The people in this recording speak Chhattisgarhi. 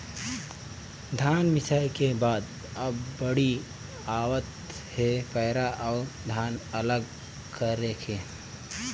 धन मिंसई के बाद अब बाड़ी आवत हे पैरा अउ धान अलग करे के